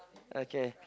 okay